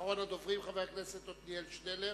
אחרון הדוברים, חבר הכנסת עתניאל שנלר,